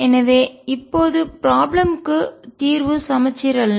எனவே இப்போது பிராப்ளம் க்கு சிக்கலுக்கு தீர்வு சமச்சீர் அல்ல